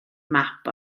map